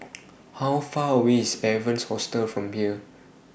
How Far away IS Evans Hostel from here